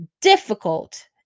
difficult